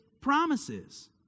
promises